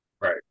Right